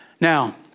Now